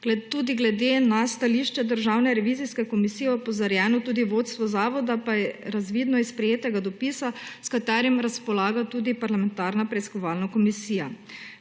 tudi glede na stališče Državne revizijske komisije opozorjeno tudi vodstvo zavoda, pa je razvidno iz sprejetega dopisa, s katerim razpolaga tudi parlamentarna preiskovalna komisija.